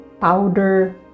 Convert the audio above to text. powder